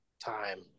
Time